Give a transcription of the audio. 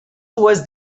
was